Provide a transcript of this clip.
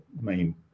main